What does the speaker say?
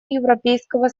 европейского